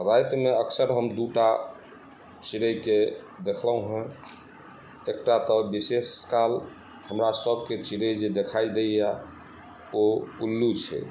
रातिमे अक्सर हम दूटा चिड़ैके देखलहुँ हँ एकटा तऽ विशेष काल हमरा सभके चिड़ै जे देखाइ दैया ओ उल्लू छै